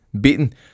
beaten